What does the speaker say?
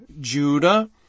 Judah